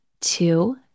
two